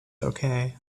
okay